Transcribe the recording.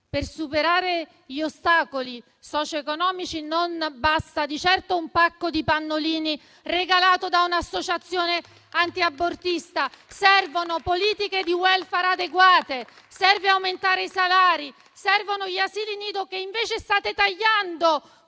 per superare gli ostacoli socioeconomici non basta di certo un pacco di pannolini regalato da un'associazione antiabortista. Servono politiche di *welfare* adeguate, l'aumento dei salari e gli asili nido, che invece state tagliando